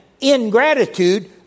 ingratitude